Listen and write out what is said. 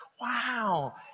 Wow